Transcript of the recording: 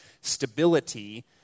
stability